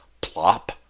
Plop